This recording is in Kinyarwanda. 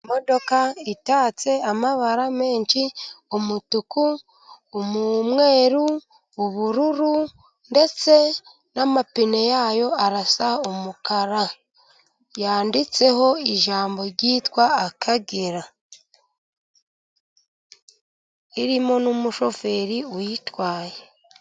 Imodoka itatse amabara menshi, umutuku, umweru, ubururu, ndetse n'amapine yayo arasa umukara. Yanditseho ijambo ryitwa "Akagera". Irimo n'umushoferi uyitwaye.